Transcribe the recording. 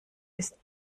ist